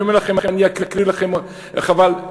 חבל,